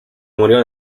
murió